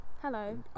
Hello